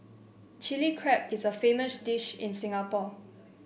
Chilli Crab is a famous dish in Singapore